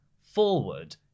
forward